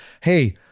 hey